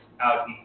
out